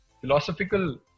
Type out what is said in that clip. philosophical